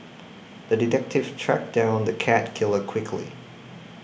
the detective tracked down the cat killer quickly